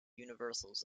universals